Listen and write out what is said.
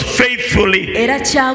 faithfully